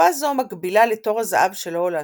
תקופה זו מקבילה לתור הזהב של הולנד,